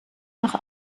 nach